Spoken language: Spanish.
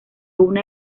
una